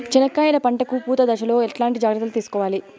చెనక్కాయలు పంట కు పూత దశలో ఎట్లాంటి జాగ్రత్తలు తీసుకోవాలి?